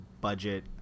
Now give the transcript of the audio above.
budget